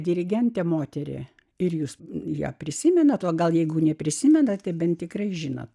dirigentę moterį ir jūs ją prisimena to gal jeigu neprisimenate bet tikrai žinot